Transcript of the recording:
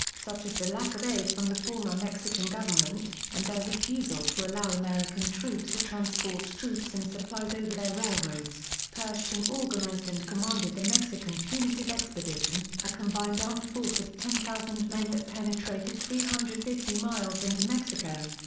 such as the lack of aid from the former mexican government, and their refusal to allow american troops to transport troops and supplies over their railroads, pershing organized and commanded the mexican punitive expedition, a combined armed force of ten thousand men that penetrated three hundred and fifty miles into mexico.